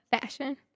Fashion